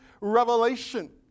revelation